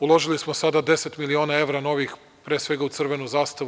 Uložili smo sada 10 miliona evra novih, pre svega u „Crvenu zastavu“